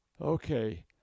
Okay